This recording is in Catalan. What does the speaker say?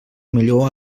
millor